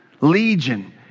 Legion